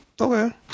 Okay